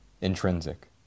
intrinsic